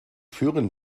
führen